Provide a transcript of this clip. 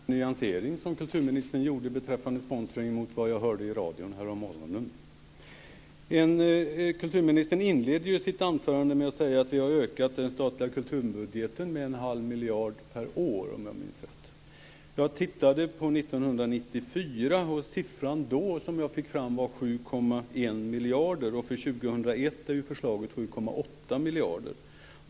Herr talman! Det var en välgörande nyansering som kulturministern gjorde beträffande sponsring mot vad jag hörde i radion härommorgonen. Kulturministern inledde sitt anförande med att säga att vi har ökat den statliga kulturbudgeten med en halv miljard per år. Jag tittade på 1994, och den siffra jag fick fram var 7,1 miljarder. År 2001 är förslaget 7,8 miljarder.